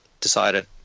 decided